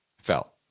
fell